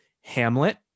Hamlet